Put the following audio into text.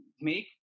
make